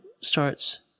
starts